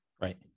right